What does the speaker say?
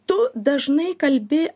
tu dažnai kalbi